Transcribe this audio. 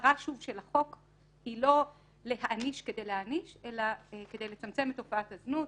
המטרה של החוק היא לא להעניש כדי להעניש אלא כדי לצמצם את תופעת הזנות,